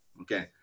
Okay